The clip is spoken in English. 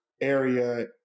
area